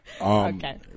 Okay